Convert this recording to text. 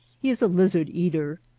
he is a lizard-eater,